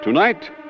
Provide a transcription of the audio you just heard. Tonight